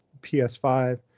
PS5